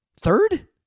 Third